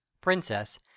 princess